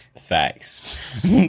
Facts